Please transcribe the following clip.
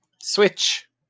switch